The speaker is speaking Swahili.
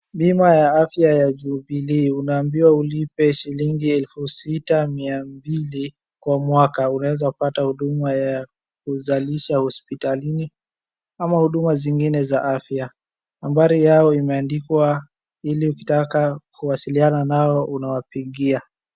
Bima ya afya ya Jubilee. Unaambiwa ulipe shilingi elfu sita mia mbili kwa mwaka. Unaweza pata huduma ya kuzalisha hospitalini ama huduma zingine za afya. Nambari yao imeandikwa ili ukitaka kuwasiliana nao unawapigia.